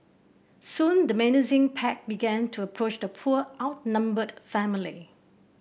soon the menacing pack began to approach the poor outnumbered family